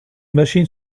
machines